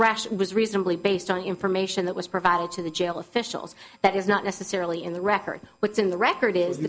rational was reasonably based on information that was provided to the jail officials that is not necessarily in the record what's in the record is